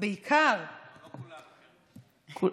לא כולנו, קרן.